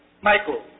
Michael